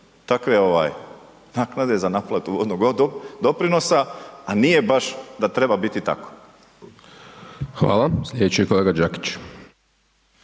ovaj naknade za naplatu vodnog doprinosa, a nije baš da treba biti tako. **Hajdaš Dončić,